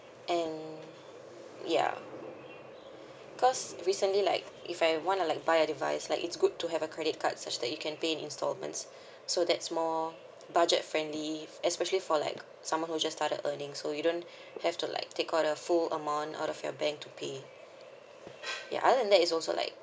and ya cause recently like if I want to like buy a device like it's good to have a credit card such that you can pay instalments so that's more budget friendly especially for like someone who just started earning so you don't have to like take out the full amount out of your bank to pay ya other than that it's also like